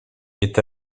est